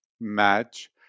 match